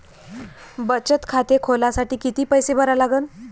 बचत खाते खोलासाठी किती पैसे भरा लागन?